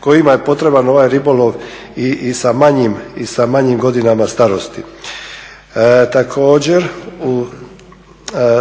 kojima je potreban ovaj ribolov i sa manjim godinama starosti. Također u